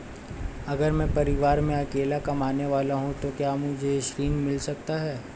अगर मैं परिवार में अकेला कमाने वाला हूँ तो क्या मुझे ऋण मिल सकता है?